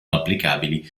applicabili